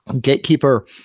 Gatekeeper